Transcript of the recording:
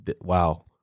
Wow